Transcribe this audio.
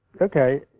okay